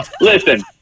listen